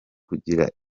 kugira